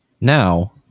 Now